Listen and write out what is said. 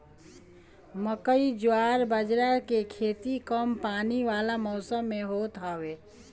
मकई, जवार बजारा के खेती कम पानी वाला मौसम में होत हवे